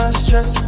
stress